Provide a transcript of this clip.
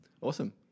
Awesome